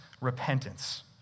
repentance